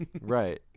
Right